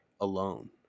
alone